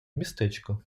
містечко